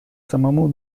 самому